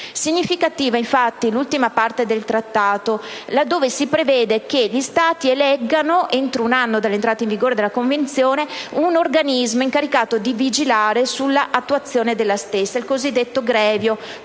Significativa, infatti, è l'ultima parte del trattato, dove si prevede che gli Stati eleggano, entro un anno dall'entrata in vigore della Convenzione, un organismo incaricato di vigilare sull'attuazione della stessa. Si tratta del